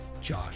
josh